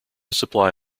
supply